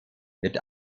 wird